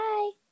Bye